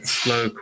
slow